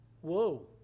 Whoa